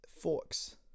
forks